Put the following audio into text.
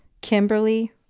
Kimberly